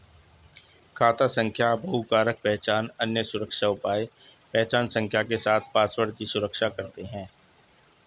खाता संख्या बहुकारक पहचान, अन्य सुरक्षा उपाय पहचान संख्या के साथ पासवर्ड की सुरक्षा करते हैं